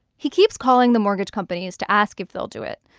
he keeps calling the mortgage companies to ask if they'll do it.